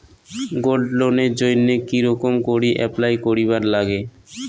Gold লোনের জইন্যে কি রকম করি অ্যাপ্লাই করিবার লাগে?